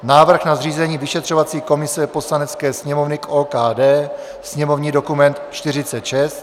Návrh na zřízení vyšetřovací komise Poslanecké sněmovny k OKD, sněmovní dokument 46;